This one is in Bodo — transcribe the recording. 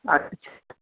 आद